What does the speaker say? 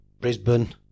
Brisbane